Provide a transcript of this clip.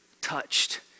touched